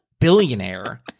billionaire